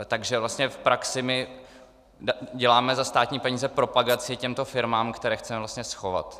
Takže vlastně v praxi děláme za státní peníze propagaci těmto firmám, které chceme vlastně schovat.